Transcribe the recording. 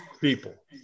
people